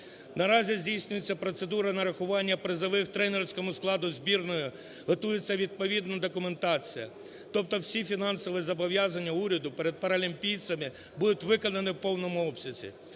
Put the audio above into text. Наразі здійснюється процедура нарахування призових тренерському складу збірної, готується відповідна документація. Тобто всі фінансові зобов'язання уряду перед паралімпійцями будуть виконані в повному обсязі.